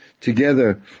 together